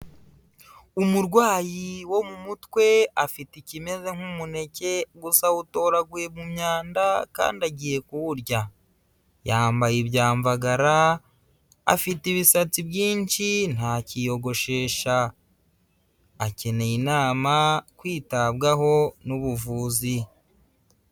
Umurwayi wo mu mutwe afite ikimeze nk'umuneke gusa awutoraguye mu myanda kandi agiye kuwurya, yambaye ibyamvagara, afite ibisatsi byinshi ntakiyogoshesha, akeneye inama, kwitabwaho n'ubuvuzi.